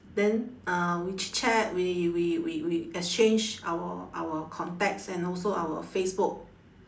then uh we chit-chat we we we we exchange our our contacts and also our facebook